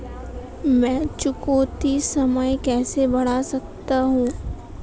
मैं चुकौती समय कैसे बढ़ा सकता हूं?